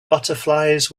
butterflies